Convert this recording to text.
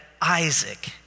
Isaac